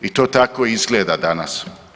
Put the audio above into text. I to tako izgleda danas.